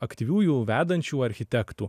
aktyviųjų vedančių architektų